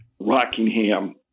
Rockingham